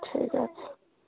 ঠিক আছে